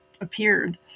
appeared